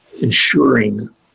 ensuring